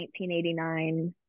1989